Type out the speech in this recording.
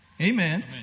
Amen